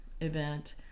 event